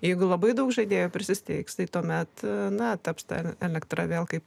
jeigu labai daug žaidėjų prisisteigs tai tuomet na taps ta elektra vėl kaip